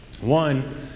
One